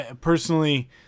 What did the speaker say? Personally